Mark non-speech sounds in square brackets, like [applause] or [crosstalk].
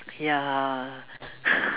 ya [laughs]